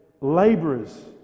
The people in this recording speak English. laborers